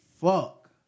fuck